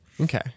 Okay